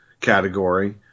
category